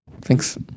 Thanks